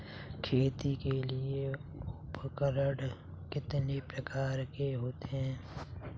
खेती के लिए उपकरण कितने प्रकार के होते हैं?